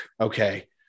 okay